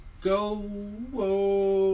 go